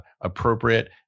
appropriate